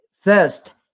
first